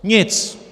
Nic!